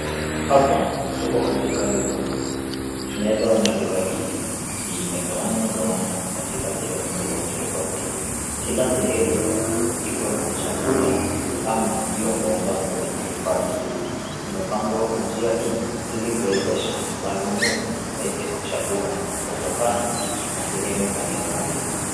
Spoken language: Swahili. Hapa tuko katika duka kuu, tunaeza kuona duka hili limekawanywa kawanywa katika sehemu tafauti tafauti kila sehemu iko na chakula ama vyombo ambazo inahifadhi imepangwa kwa njia hii ilikuwezesha wanunuzi waweze kuchangua kutokana na sehemu mbali mbali.